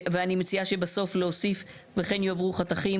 ואני מציעה בסוף להוסיף "וכן יועברו חתכים,